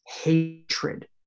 hatred